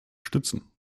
stützen